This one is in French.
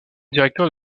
directeurs